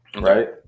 right